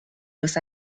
los